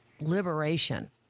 liberation